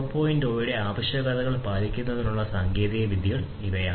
0 ന്റെ ആവശ്യകതകൾ പാലിക്കുന്നതിനുള്ള സാങ്കേതികവിദ്യകൾ ഇവയാണ്